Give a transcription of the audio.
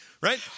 Right